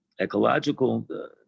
ecological